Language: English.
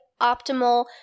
optimal